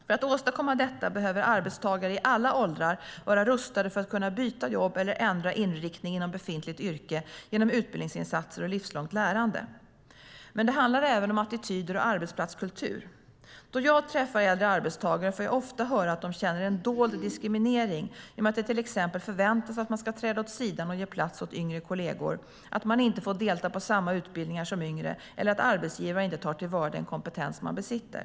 För att åstadkomma detta behöver arbetstagare i alla åldrar vara rustade för att kunna byta jobb eller ändra inriktning inom befintligt yrke genom utbildningsinsatser och livslångt lärande. Men det handlar även om attityder och arbetsplatskultur. Då jag träffar äldre arbetstagare får jag ofta höra att de känner en dold diskriminering genom att det till exempel förväntas att man ska träda åt sidan och ge plats åt yngre kolleger, att man inte får delta på samma utbildningar som yngre eller att arbetsgivaren inte tar till vara den kompetens man besitter.